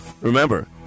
Remember